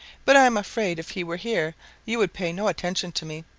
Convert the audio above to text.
but i am afraid if he were here you would pay no attention to me,